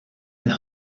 and